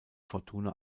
fortuna